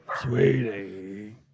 Sweetie